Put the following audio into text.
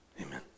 Amen